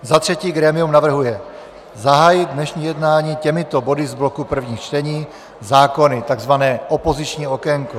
Za třetí grémium navrhuje zahájit dnešní jednání těmito body z bloku prvních čtení zákony, takzvané opoziční okénko: